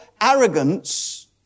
arrogance